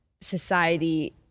society